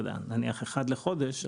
כאחד בחודש.